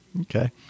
Okay